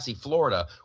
Florida